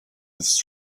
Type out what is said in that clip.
his